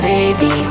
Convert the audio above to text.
Baby